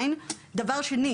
שנית,